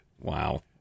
Wow